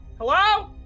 Hello